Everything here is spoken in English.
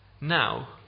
Now